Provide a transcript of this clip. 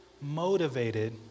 motivated